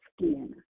skin